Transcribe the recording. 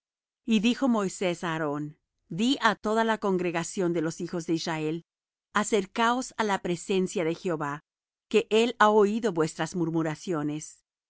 y dijo moisés á aarón di á toda la congregación de los hijos de israel acercaos á la presencia de jehová que él ha oído vuestras murmuraciones